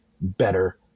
better